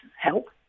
help